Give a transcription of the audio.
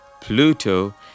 Pluto